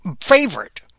favorite